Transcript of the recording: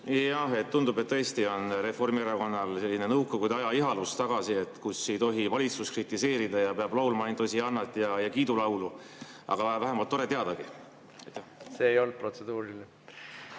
teadagi. Tundub, et tõesti on Reformierakonnal selline Nõukogude aja ihalus tagasi, kui ei tohi valitsust kritiseerida ja peab laulma ainult hosiannat ja kiidulaulu. Aga vähemalt tore teadagi. See ei olnud protseduuriline.